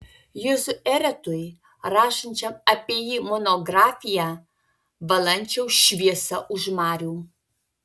juozui eretui rašančiam apie jį monografiją valančiaus šviesa už marių